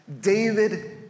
David